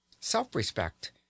Self-respect